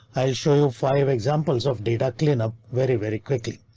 i'll show you five examples of data clean up very, very quickly.